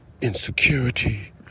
insecurity